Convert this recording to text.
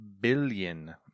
billion